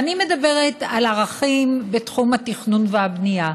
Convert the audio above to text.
ואני מדברת על ערכים בתחום התכנון והבנייה.